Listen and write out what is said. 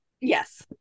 Yes